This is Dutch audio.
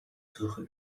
vroege